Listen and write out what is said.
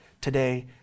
today